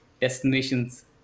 destinations